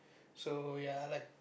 so ya I like